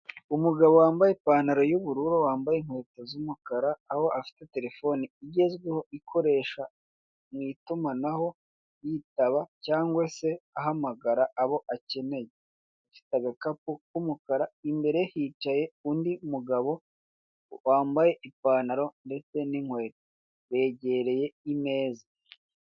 Umugabo wambaye ipantalo y'ubururu, wambaye inkweto z'umukara aho afite telefone ikoresha mu itumanaho yitaba cyangwa se ahamagara abo akeneye afite agakapu k'umukara, imbere ye hacaye undi mugabo wambaye ipantalo ndetse n'inkweto begereye imeza.